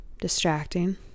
distracting